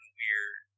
weird